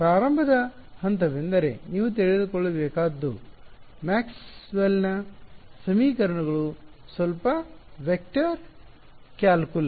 ಪ್ರಾರಂಭದ ಹಂತವೆಂದರೆ ನೀವು ತಿಳಿದುಕೊಳ್ಳಬೇಕಾದದ್ದು ಮ್ಯಾಕ್ಸ್ವೆಲ್ನ ಸಮೀಕರಣಗಳು ಸ್ವಲ್ಪ ವೆಕ್ಟರ್ ಕಲನಶಾಸ್ತ್ರ ಕ್ಯಾಲ್ಕುಲಸ್